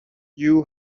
you